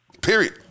Period